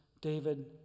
David